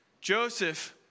Joseph